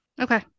Okay